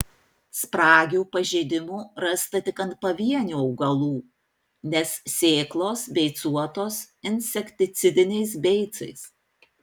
spragių pažeidimų rasta tik ant pavienių augalų nes sėklos beicuotos insekticidiniais beicais